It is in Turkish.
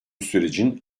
sürecin